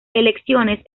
elecciones